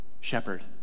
shepherd